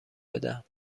بدم